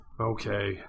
Okay